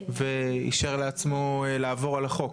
לא כמישהו שאוכל את העופות,